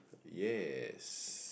yes